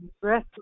breath